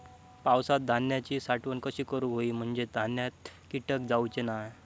पावसात धान्यांची साठवण कशी करूक होई म्हंजे धान्यात कीटक जाउचे नाय?